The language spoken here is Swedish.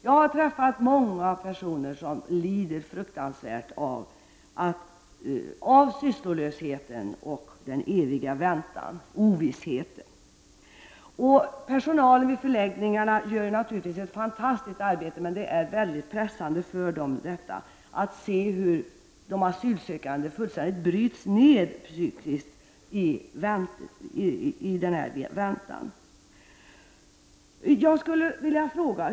Jag har träffat många personer som lider fruktansvärt av sysslolösheten och den eviga väntan och ovissheten. Personalen vid förläggningarna gör naturligtvis ett fantastiskt arbete. Men det är mycket pressande för dem att se hur de asylsökande psykiskt bryts ned fullständigt under väntetiden.